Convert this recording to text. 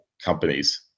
companies